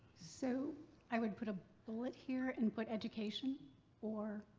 so i would put a bullet here and put education or.